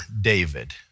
David